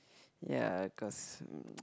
ya cause uh